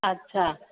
अच्छा